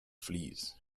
fleas